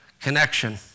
connection